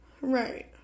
Right